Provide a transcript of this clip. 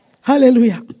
Hallelujah